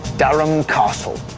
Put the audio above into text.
durham and castle